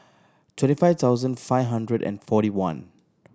twenty five thousand five hundred and forty one